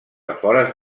afores